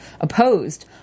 opposed